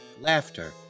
laughter